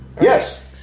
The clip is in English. yes